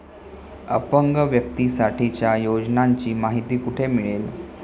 अपंग व्यक्तीसाठीच्या योजनांची माहिती कुठे मिळेल?